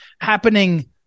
happening